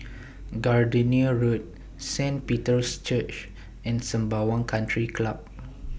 Gardenia Road Saint Peter's Church and Sembawang Country Club